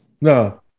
No